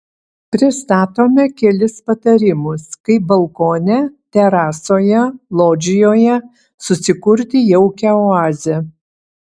pristatome kelis patarimus kaip balkone terasoje lodžijoje susikurti jaukią oazę